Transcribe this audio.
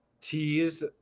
teased